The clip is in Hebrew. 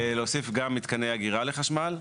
להוסיף גם מתקני אגירה לחשמל.